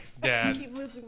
Dad